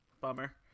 Bummer